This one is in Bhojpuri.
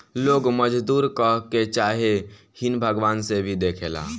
लोग मजदूर कहके चाहे हीन भावना से भी देखेला